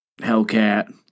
Hellcat